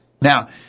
Now